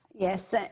Yes